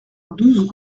douze